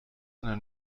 einer